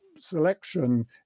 selection